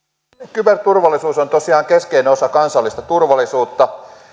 kyberturvallisuus on tosiaan keskeinen osa kansallista turvallisuutta